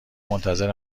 منتظر